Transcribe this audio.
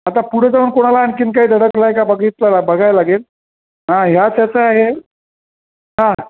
आता पुढे जाऊन कोणाला आणखीन काय धडकला आहे का बघितला बघायला लागेल हा ह्या त्याचं आहे हा